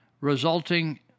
resulting